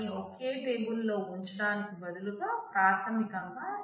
ఈ relation R1 R2